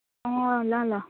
अँ ल ल